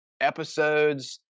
episodes